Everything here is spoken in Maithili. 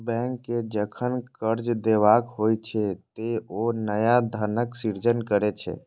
बैंक कें जखन कर्ज देबाक होइ छै, ते ओ नया धनक सृजन करै छै